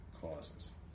causes